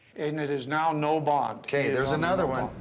and it is now no bond. ok. there's another one.